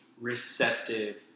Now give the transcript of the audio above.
receptive